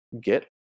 get